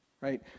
right